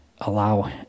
allow